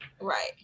right